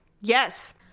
yes